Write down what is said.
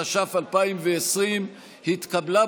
התש"ף 2020, נתקבל.